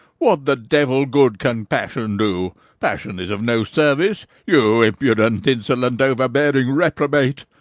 what the devil good can passion do passion is of no service, you impudent, insolent, overbearing reprobate